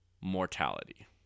mortality